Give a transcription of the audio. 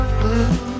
blue